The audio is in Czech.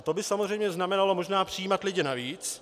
To by samozřejmě znamenalo možná přijímat lidi navíc.